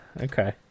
Okay